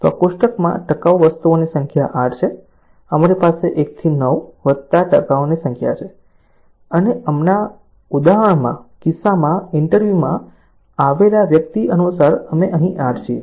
તો આ કોષ્ટકમાં ટકાઉ વસ્તુઓની સંખ્યા 8 છે અમારી પાસે 1 થી 9 વત્તા ટકાઉની સંખ્યા છે અને અમારા ઉદાહરણના કિસ્સામાં ઇન્ટરવ્યુમાં આવેલા વ્યક્તિ અનુસાર અમે અહીં 8 છીએ